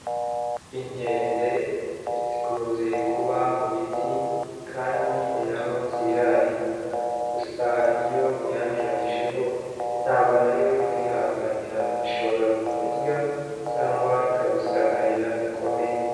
Inkende zikunze kuba mu biti kandi ni na ho zirarira, gusa iyo uyanduranyijeho ntabwo na yo ikwihanganira ishobora kukurya cyangwa ikagusagarira bikomeye.